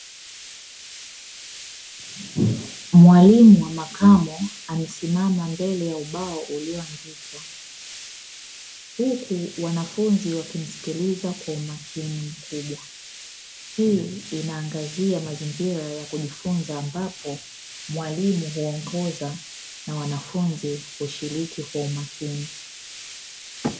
Mwalimu wa makamo amesimama mbele ya ubao ulioandikwa, huku wanafunzi wakimsikiliza kwa umakini mkubwa hii inaangazia mazingira ya kujifunza ambapo mwalimu huongoza na wanafunzi kushiriki kwa umakini.